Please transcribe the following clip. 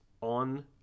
on